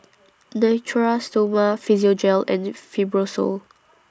Natura Stoma Physiogel and Fibrosol